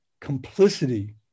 complicity